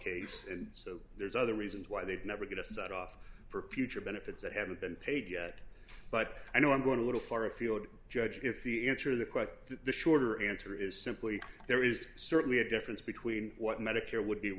case and so there's other reasons why they'd never get a set off for future benefits that haven't been paid yet but i know i'm going to go to far afield judge if you answer the question the shorter answer is simply there is certainly a difference between what medicare would be